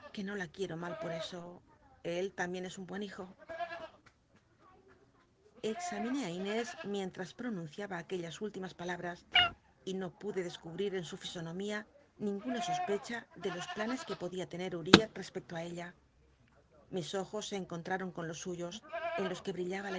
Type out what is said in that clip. no la quiero mal por eso él tambien es un buen hijo examiné á inés mientras pi'onunciaba acruellas última palabras y no pude descubi en su fisonomía ninguna sospecha de los planes que podía tener uriah especto a ella lllis ojos se encontrar'on con jos suyos en los que billaba